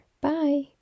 Bye